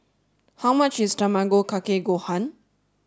how much is Tamago Kake Gohan